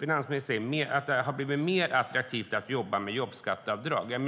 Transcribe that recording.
Finansministern säger att det har blivit mer attraktivt att jobba med jobbskatteavdrag.